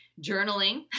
journaling